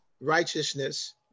righteousness